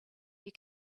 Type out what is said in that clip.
you